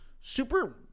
super